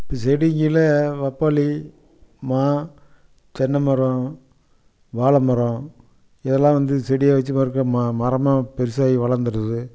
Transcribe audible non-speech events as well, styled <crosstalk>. இப்போ செடிகள்ல பப்பாளி மா தென்னை மரம் வாழை மரம் இதெல்லாம் வந்து செடியாக வச்சு <unintelligible> மரமாக பெருசாகி வளந்துடுது